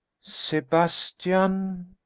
Sebastian